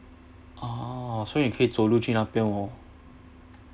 orh 所以你可以走路去那边哦